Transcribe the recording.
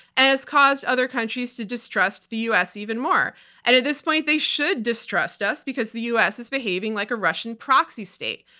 and has caused other countries to distrust the u. s. even more. and at this point, they should distrust us, because the u. s. is behaving like a russian proxy state.